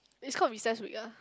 it's called recess week ah